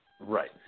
Right